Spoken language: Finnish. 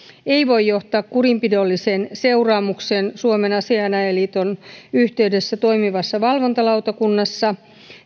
ei voi johtaa kurinpidolliseen seuraamukseen suomen asianajajaliiton yhteydessä toimivassa valvontalautakunnassa